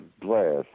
glass